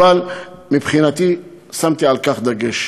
אבל מבחינתי שמתי על כך דגש.